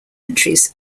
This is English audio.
entries